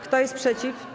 Kto jest przeciw?